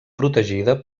protegida